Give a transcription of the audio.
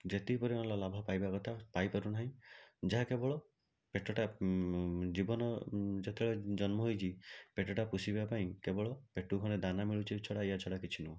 ଯେତିକି ପରିମାଣର ଲାଭ ପାଇବା କଥା ପାଇପାରୁନାହିଁ ଯାହା କେବଳ ପେଟଟା ଜୀବନ ଯେତେବେଳେ ଜନ୍ମ ହେଇଛି ପେଟଟା ପୋଷିବା ପାଇଁ କେବଳ ପେଟୁକୁ ଖଣ୍ଡେ ଦାନା ମିଳୁଛି ଛଡ଼ା ୟା ଛଡ଼ା କିଛି ନୁହେଁ